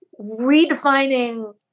redefining